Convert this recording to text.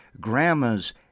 grandma's